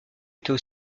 était